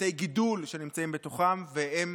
בתי גידול נמצאים בתוכן, והן